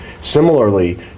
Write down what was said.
similarly